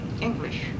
English